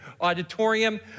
auditorium